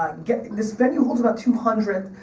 this venue holds about two hundred,